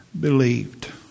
believed